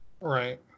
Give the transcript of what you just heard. Right